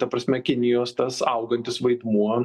ta prasme kinijos tas augantis vaidmuo